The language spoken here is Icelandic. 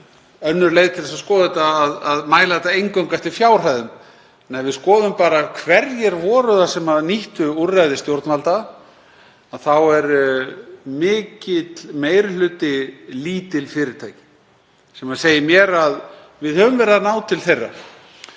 önnur leið til að skoða þetta að mæla það eingöngu eftir fjárhæðum. Ef við skoðum bara hverjir það voru sem nýttu úrræði stjórnvalda þá er mikill meiri hluti lítil fyrirtæki sem segir mér að við höfum verið að ná til þeirra.